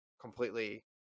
completely